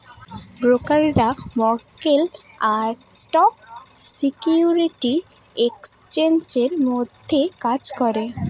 ব্রোকাররা মক্কেল আর স্টক সিকিউরিটি এক্সচেঞ্জের মধ্যে কাজ করে